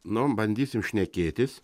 nu bandysim šnekėtis